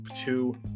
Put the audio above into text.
two